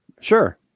Sure